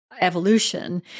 Evolution